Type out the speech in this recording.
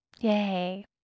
Yay